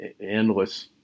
endless